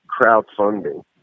crowdfunding